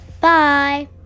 Bye